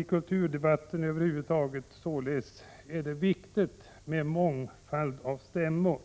I kulturdebatten över huvud taget är det således viktigt med en mångfald av stämmor.